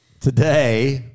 Today